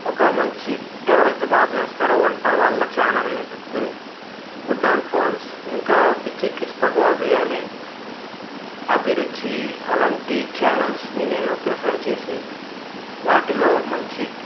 ఒక మంచి ఎవరైతే బాగా చేస్తారో వంట వాళ్ళ ఛానల్ని వెతుకొని ఫుడ్ ఆన్ ఫార్మ్స్ ఇంకా పిచ్చెక్కిస్తా బాబి అని అభిరుచి అలాంటి చానల్స్ని నేను ప్రిఫర్ చేసి వాటిలో మంచి